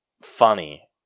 funny